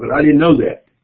but i didn't know that.